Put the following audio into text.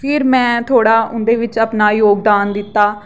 फिर में थोह्ड़ा उं'दे बिच अपना जोगदान दित्ता